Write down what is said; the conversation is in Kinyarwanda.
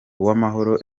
uwamahoro